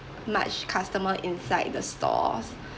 much customer inside the stores